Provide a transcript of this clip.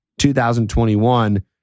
2021